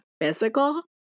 physical